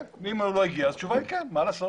כן, אם הוא לא הגיע אז התשובה היא כן, מה לעשות?